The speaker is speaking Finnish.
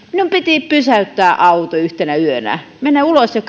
minun piti pysäyttää auto yhtenä yönä mennä ulos ja